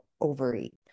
overeat